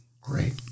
Great